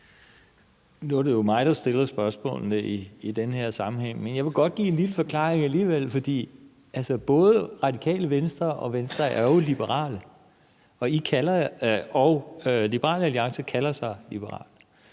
Nu er det jo mig, der stiller spørgsmålene i den her sammenhæng. Men jeg vil godt give en lille forklaring alligevel, for både Radikale Venstre og Venstre er jo liberale, og Liberal Alliance kalder sig liberal.